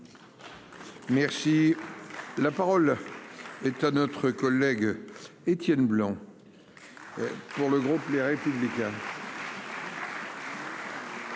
Merci, la parole est à notre collègue Étienne Blanc pour le groupe Les Républicains.